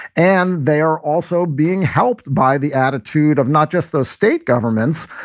and they are also being helped by the attitude of not just those state governments,